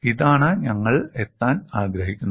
ഇതാണ് ഞങ്ങൾ എത്താൻ ആഗ്രഹിക്കുന്നത്